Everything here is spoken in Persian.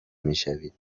میشوید